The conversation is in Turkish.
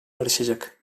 yarışacak